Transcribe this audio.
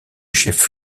chef